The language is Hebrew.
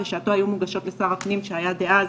בשעתו היו מוגשות לשר הפנים שהיה דאז